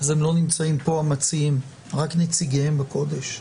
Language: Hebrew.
אז המציעים לא נמצאים פה, רק נציגיהם בקודש.